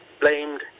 blamed